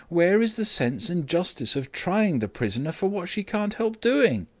where is the sense and justice of trying the prisoner for what she can't help doing?